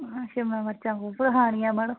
शिमला मर्चां कु'नें खानियां मड़ो